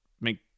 make